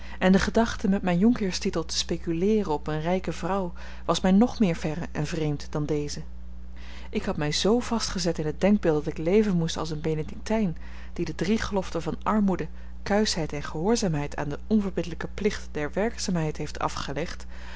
en de gedachte met mijn jonkheerstitel te speculeeren op eene rijke vrouw was mij nog meer verre en vreemd dan deze ik had mij z vast gezet in het denkbeeld dat ik leven moest als een benedictijn die de drie geloften van armoede kuischheid en gehoorzaamheid aan den onverbiddelijken plicht der werkzaamheid heeft afgelegd